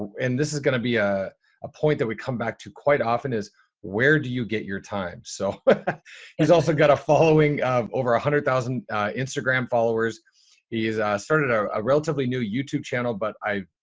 and this is going to be a a point that we come back to quite often as where do you get your time? so he's also got a following of over a hundred thousand instagram followers is a started a a relatively new youtube channel. but i,